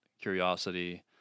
curiosity